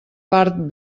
part